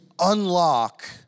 unlock